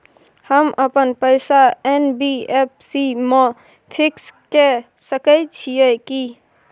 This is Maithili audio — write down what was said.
हम अपन पैसा एन.बी.एफ.सी म फिक्स के सके छियै की?